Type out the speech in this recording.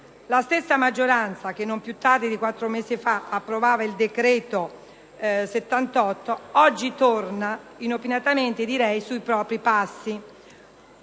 La stessa maggioranza che non più tardi di quattro mesi fa approvava il decreto-legge n. 78 oggi torna inopinatamente sui propri passi.